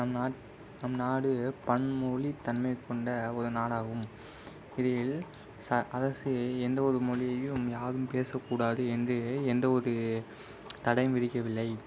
நம் நாட் நம் நாடு பன்மொழி தன்மை கொண்ட ஒரு நாடாகும் இதில் ஸ அரசு எந்த ஒரு மொழியையும் யாரும் பேச கூடாது என்று எந்த ஒரு தடையும் விதிக்கவில்லை